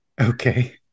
Okay